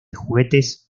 juguetes